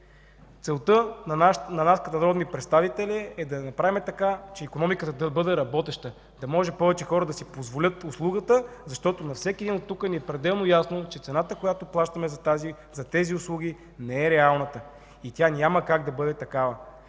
Нашата цел като народни представители е да направим така, че икономиката да бъде работеща, да може повече хора да си позволят услугата. На всички тук ни е пределно ясно, че цената, която плащаме за тези услуги, не е реалната и няма как да бъде такава.